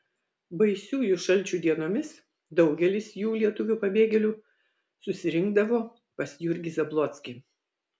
baisiųjų šalčių dienomis daugelis jų lietuvių pabėgėlių susirinkdavo pas jurgį zablockį